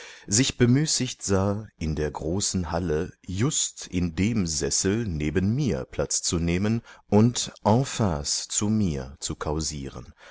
sich bemüßigt sah in der großen halle just in dem sessel neben mir platz zu nehmen und en face zu mir zu